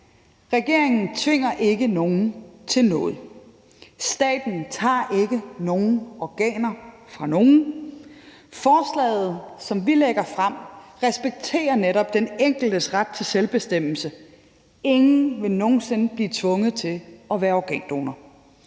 Regeringen tvinger ikke nogen til noget. Staten tager ikke nogen organer fra nogen. Forslaget, som vi lægger frem, respekterer netop den enkeltes ret til selvbestemmelse. Ingen vil nogen sinde blive tvunget til at være organdonor.